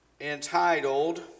entitled